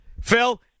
phil